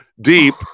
deep